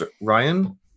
Ryan